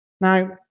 Now